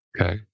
Okay